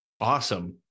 awesome